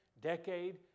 decade